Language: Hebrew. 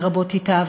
ורבות אתה,